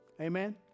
Amen